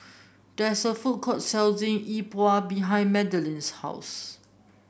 there is a food court selling Yi Bua behind Madelynn's house